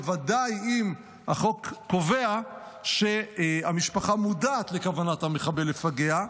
בוודאי אם החוק קובע שהמשפחה מודעת לכוונת המחבל לפגע,